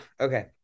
Okay